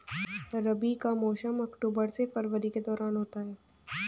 रबी का मौसम अक्टूबर से फरवरी के दौरान होता है